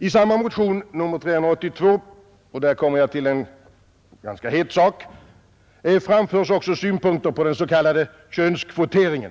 I samma motion nr 382 — jag kommer där till en ganska het fråga — framförs också synpunkter på den s.k. könskvoteringen,